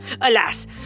Alas